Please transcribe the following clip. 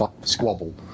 squabble